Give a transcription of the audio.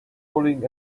pulling